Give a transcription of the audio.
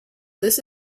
this